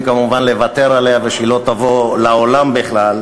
כמובן לוותר עליה ושהיא לא תבוא לעולם בכלל,